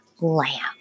lamp